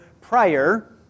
prior